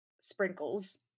sprinkles